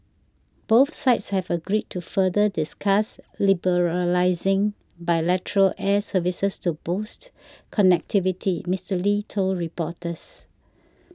both sides have agreed to further discuss liberalising bilateral air services to boost connectivity Mister Lee told reporters